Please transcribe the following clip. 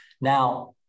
now